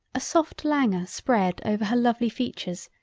a soft languor spread over her lovely features,